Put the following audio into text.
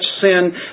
sin